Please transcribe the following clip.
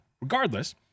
regardless